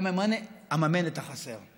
ואממן את החסר.